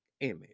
image